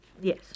Yes